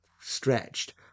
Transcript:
stretched